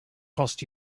costs